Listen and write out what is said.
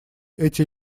эти